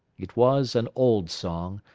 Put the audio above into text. it was an old song,